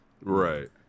Right